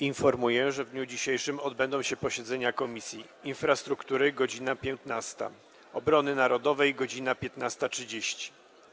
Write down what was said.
Informuję, że w dniu dzisiejszym odbędą się posiedzenia Komisji: - Infrastruktury - godz. 15, - Obrony Narodowej - godz. 15.30.